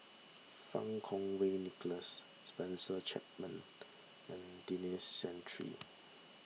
Fang Kuo Wei Nicholas Spencer Chapman and Denis Santry